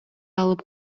алып